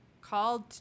called